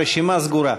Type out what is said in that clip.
הרשימה סגורה.